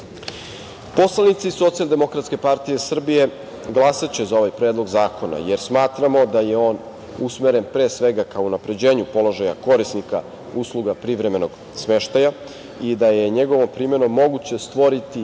zaštite. Poslanici Socijaldemokratske partije Srbije glasaće za ovaj predlog zakona, jer smatramo da je on usmeren pre svega ka unapređenju položaja korisnika usluga privremenog smeštaja i da je njegovom primenom moguće stvoriti